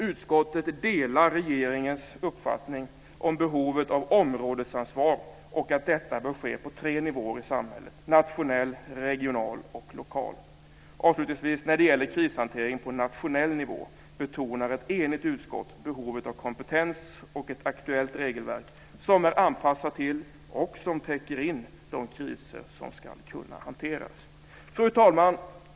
· Utskottet delar regeringens uppfattning om behovet av områdesansvar och om att detta bör ske på tre nivåer i samhället: nationell, regional och lokal. · Avslutningsvis: När det gäller krishantering på nationell nivå betonar ett enigt utskott behovet av kompetens och av ett aktuellt regelverk som är anpassat till och täcker in de kriser som ska kunna hanteras. Fru talman!